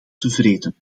tevreden